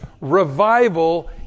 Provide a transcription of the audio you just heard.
revival